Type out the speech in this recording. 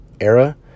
era